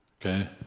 Okay